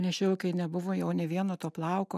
nešiojau kai nebuvo jau nė vieno to plauko